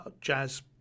jazz